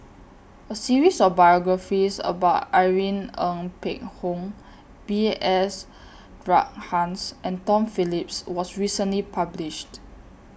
A series of biographies about Irene Ng Phek Hoong B S Rajhans and Tom Phillips was recently published